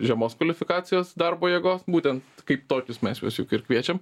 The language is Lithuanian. žemos kvalifikacijos darbo jėgos būten kaip tokius mes juos juk ir kviečiam